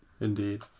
Indeed